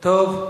טוב.